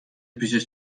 پیشش